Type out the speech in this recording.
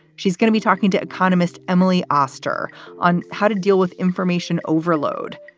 she's going to be talking to economist emily oster on how to deal with information overload.